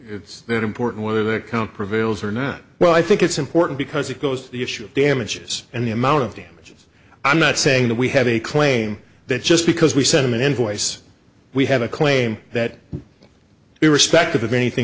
it's not important whether the account prevails or not well i think it's important because it goes to the issue of damages and the amount of damages i'm not saying that we have a claim that just because we sent him an invoice we have a claim that irrespective of anything